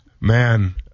Man